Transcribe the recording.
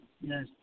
yes